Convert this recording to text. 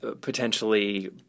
potentially